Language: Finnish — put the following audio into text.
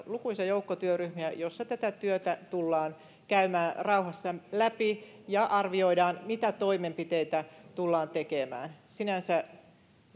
lukuisa joukko työryhmiä joissa tätä työtä tullaan käymään rauhassa läpi ja arvioidaan mitä toimenpiteitä tullaan tekemään sinänsä